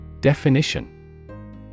Definition